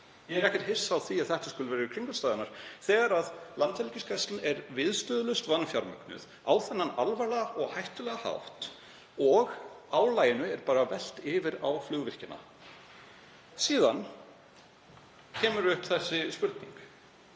Ég er ekkert hissa á því að þetta skuli vera kringumstæðurnar þegar Landhelgisgæslan er viðstöðulaust vanfjármögnuð á þennan alvarlega og hættulega hátt og álaginu bara velt yfir á flugvirkjana. Síðan kemur upp þessi spurning: